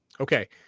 Okay